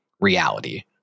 reality